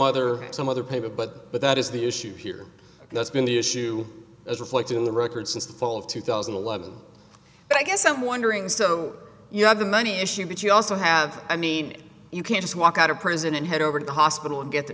other some other paper but but that is the issue here that's been the issue as reflected in the record since the fall of two thousand and eleven i guess i'm wondering so you have the money issue but you also have i mean you can't just walk out of prison and head over to the hospital and get the